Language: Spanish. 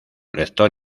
lector